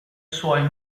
suoi